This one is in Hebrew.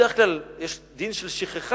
בדרך כלל יש דין של שכחה,